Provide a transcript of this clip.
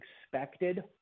expected